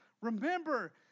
Remember